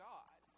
God